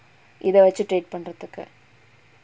இத வெச்சு:itha vechu trade பன்றதுக்கு:panrathukku